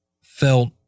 felt